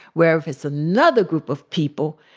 where if it's another group of people,